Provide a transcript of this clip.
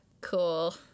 Cool